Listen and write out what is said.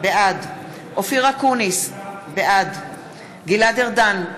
בעד אופיר אקוניס, בעד גלעד ארדן,